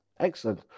excellent